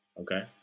Okay